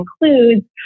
includes